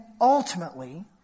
ultimately